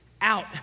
Out